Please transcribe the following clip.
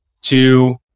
two